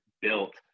built